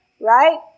right